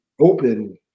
open